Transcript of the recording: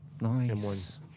Nice